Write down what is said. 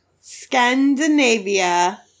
Scandinavia